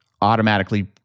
automatically